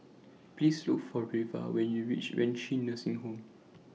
Please Look For Reva when YOU REACH Renci Nursing Home